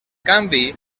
canvi